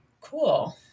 Cool